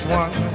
one